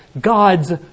God's